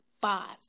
boss